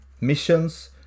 missions